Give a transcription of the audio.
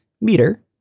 Meter